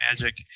magic